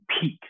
peak